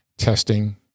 testing